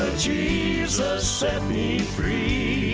jesus set me free i